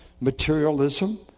materialism